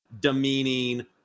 demeaning